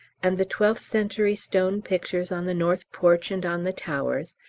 and the twelfth-century stone pictures on the north porch and on the towers,